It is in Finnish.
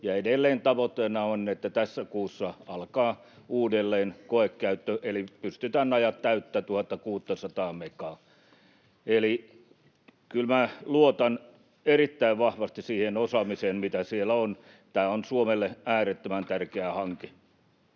Edelleen tavoitteena on, että tässä kuussa alkaa uudelleen koekäyttö, eli pystytään ajamaan täyttä 1 600:aa megaa. Eli kyllä minä luotan erittäin vahvasti siihen osaamiseen, mitä siellä on. Tämä on Suomelle äärettömän tärkeä hanke.